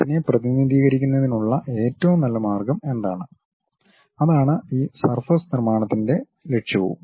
അതിനെ പ്രതിനിധീകരിക്കുന്നതിനുള്ള ഏറ്റവും നല്ല മാർഗം എന്താണ് അതാണ് ഈ സർഫസ് നിർമ്മാണത്തിന്റെ ലക്ഷ്യവും